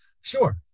Sure